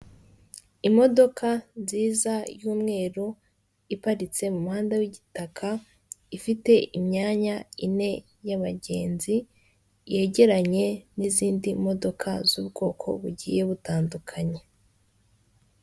Imodoka nziza y'umweru iparitse mu muhanda w'igitaka, ifite imyanya ine y'abagenzi, yegeranye n'izindi modoka z'ubwoko bugiye butandukanye.